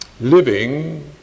living